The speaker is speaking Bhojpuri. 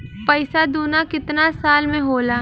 पैसा दूना कितना साल मे होला?